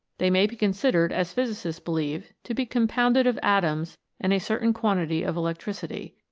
they may be considered, as physicists believe, to be compounded of atoms and a certain quantity of electricity.